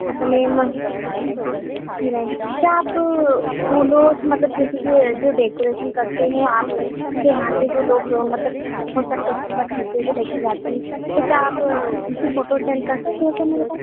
हाँ तो ma'am ji ma'am क्या आप फूलोस मतलब जैसे कि जो डेकोरेशन करते हैं आप के यहाँ के जो लोग मतलब बहुत सारे कस्टुमेर होते हैं लेके जाते हैं तो क्या आप उनकी फोटो सेंड कर सकते हैं क्या मेरे पास